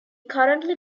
currently